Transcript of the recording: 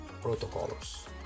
protocols